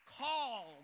call